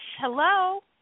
Hello